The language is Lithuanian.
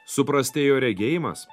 suprastėjo regėjimas